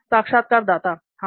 साक्षात्कारदाता हां